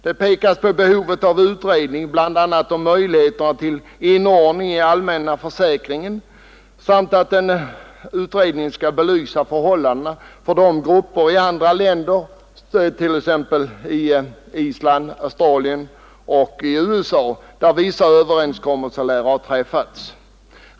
Det pekas på behovet av en utredning om bl.a. möjligheten till inordning i allmänna försäkringen, och det sägs vidare att denna utredning skulle belysa förhållandena för vissa grupper i andra länder, t.ex. Island, Australien och USA, där vissa överenskommelser lär ha träffats.